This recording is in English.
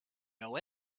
know